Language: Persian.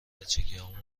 بچگیهامون